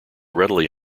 readily